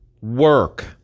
work